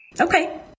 Okay